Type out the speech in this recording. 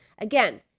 Again